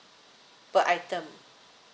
per item